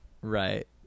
Right